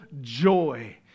joy